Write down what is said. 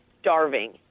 starving